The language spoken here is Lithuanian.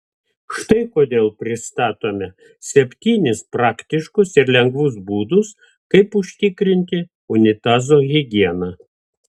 štai kodėl pristatome septynis praktiškus ir lengvus būdus kaip užtikrinti unitazo higieną